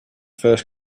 first